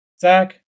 Zach